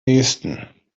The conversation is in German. nähesten